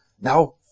now